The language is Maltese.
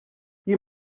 jien